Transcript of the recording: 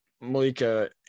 Malika